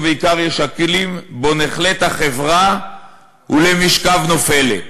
ובעיקר: יש אקלים / בו נחלית החברה ולמשכב נופלת".